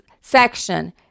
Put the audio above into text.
section